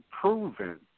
proven